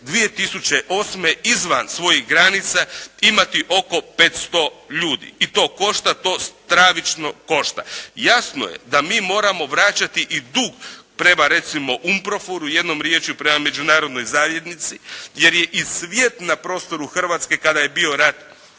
2008. izvan svojih granica imati oko 500 ljudi i to košta, to stravično košta. Jasno je da mi moramo vraćati i dug prema, recimo UNPROFOR-u, jednom riječju prema međunarodnoj zajednici jer je i svijet na prostoru Hrvatske kada je bio rati